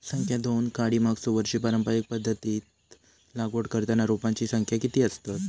संख्या दोन काडी मागचो वर्षी पारंपरिक पध्दतीत लागवड करताना रोपांची संख्या किती आसतत?